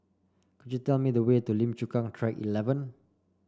could you tell me the way to Lim Chu Kang Track Eleven